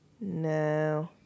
No